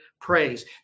praise